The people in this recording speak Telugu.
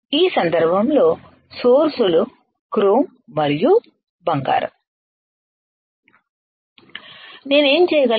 ఈ సందర్భంలో సోర్స్ లు క్రోమ్ మరియు బంగారం నేను ఏమి చెయ్యగలను